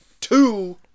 Two